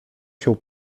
się